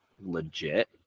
legit